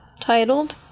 titled